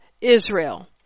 Israel